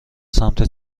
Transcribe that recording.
سمت